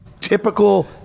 typical